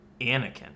Anakin